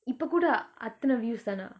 இப்ப கூட அத்தன:ippa kooda athana views தானா:thana